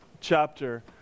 chapter